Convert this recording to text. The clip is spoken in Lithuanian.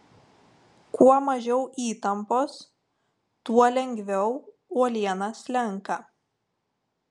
kuo mažiau įtampos tuo lengviau uoliena slenka